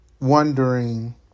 wondering